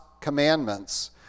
commandments